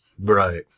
right